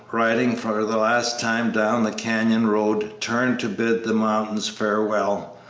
riding for the last time down the canyon road, turned to bid the mountains farewell,